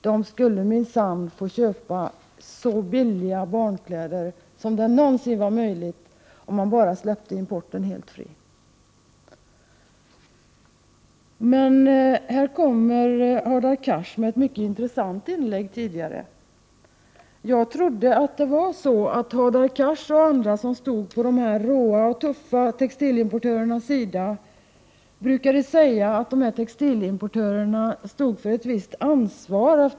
De skulle minsann få köpa så billiga kläder som det någonsin var möjligt — bara man släppte importen helt fri! Hadar Cars hade ett mycket intressant inlägg tidigare i debatten. Jag trodde att Hadar Cars och andra som står på de råa och tuffa textilimportörernas sida brukade säga att textilimportörerna stod för ett visst ansvar.